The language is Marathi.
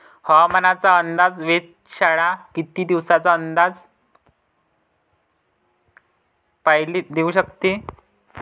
हवामानाचा अंदाज वेधशाळा किती दिवसा पयले देऊ शकते?